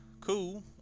cool